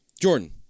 Jordan